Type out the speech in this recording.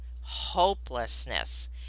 hopelessness